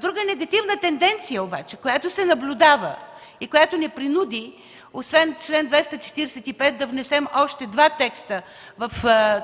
Друга негативна тенденция обаче, която се наблюдава и която ни принуди освен чл. 245 да внесем още два текста в